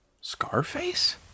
Scarface